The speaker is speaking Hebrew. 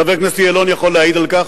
חבר הכנסת יעלון יכול להעיד על כך.